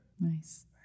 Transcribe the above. Nice